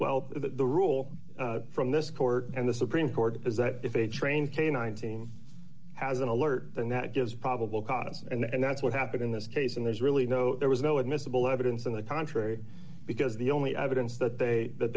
that the rule from this court and the supreme court is that if a train canine team has an alert then that gives probable cause and that's what happened in this case and there's really no there was no admissible evidence in the contrary because the only evidence that they that